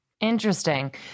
Interesting